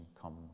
comes